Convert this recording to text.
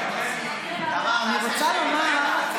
אני רוצה לומר,